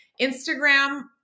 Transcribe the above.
Instagram